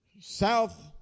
south